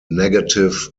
negative